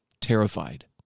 terrified